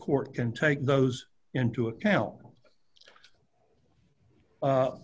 court can take those into account